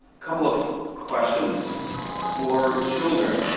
couple of questions for children,